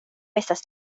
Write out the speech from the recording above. estas